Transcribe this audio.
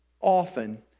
often